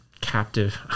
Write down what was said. captive